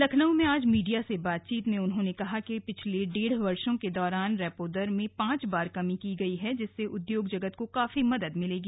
लखनऊ में आज मीडिया से बातचीत में उन्होंने कहा कि पिछले डेढ़ वर्षो के दौरान रेपो दर में पांच बार कमी की गई है जिससे उद्योग जगत को काफी मदद मिलेगी